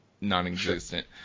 non-existent